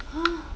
!huh!